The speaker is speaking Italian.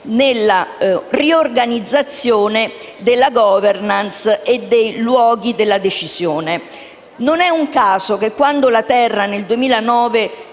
nella riorganizzazione della *governance* e dei luoghi della decisione. Non è un caso che quando la terra nel 2009